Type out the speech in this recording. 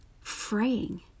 fraying